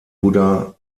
buddha